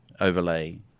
overlay